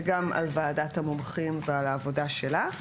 וגם על ועדת המומחים ועל העבודה שלה.